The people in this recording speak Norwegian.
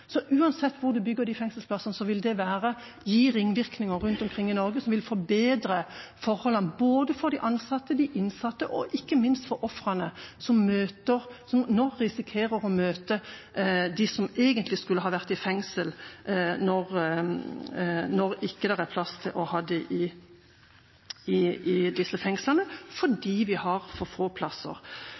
Så uansett hvor man bygger de fengselsplassene, vil det gi ringvirkninger rundt omkring i Norge som vil forbedre forholdene for både de ansatte, de innsatte og – ikke minst – ofrene, som, når det ikke er plass i disse fengslene til dem som egentlig skulle ha vært der, risikerer å møte dem fordi vi har for få plasser. Det som jeg opplever er forskjellen mellom opposisjonen og posisjonen i denne saken, er tidsfaktoren. Vi